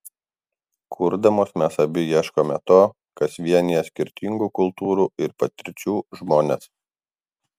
kurdamos mes abi ieškome to kas vienija skirtingų kultūrų ir patirčių žmones